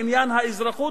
בעניין האזרחות,